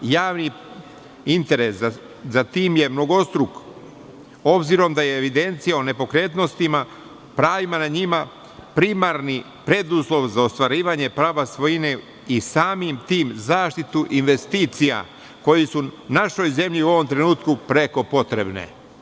Javni interes za tim je mnogostruk, obzirom da je evidencijom o nepokretnostima, pravima na njima, primarni preduslov za ostvarivanje prava svojine i samim tim zaštitu investicija, koji su našoj zemlji u ovom trenutku preko potrebne.